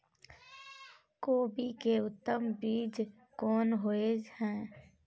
कोबी के उत्तम बीज कोन होय है?